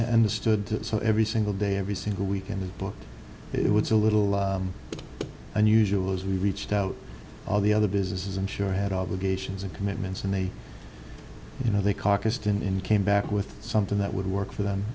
understood so every single day every single week in the book it was a little unusual as we reached out all the other businesses and sure had obligations and commitments and they you know they caucused in came back with something that would work for them